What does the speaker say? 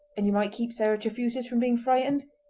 and you might keep sarah trefusis from being frightened.